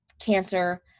cancer